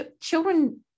children